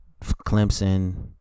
Clemson